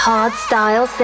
Hardstyle